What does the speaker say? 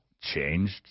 changed